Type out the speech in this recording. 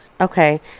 Okay